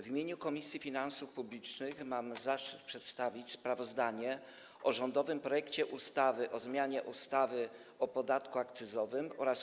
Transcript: W imieniu Komisji Finansów Publicznych mam zaszczyt przedstawić sprawozdanie o rządowym projekcie ustawy o zmianie ustawy o podatku akcyzowym oraz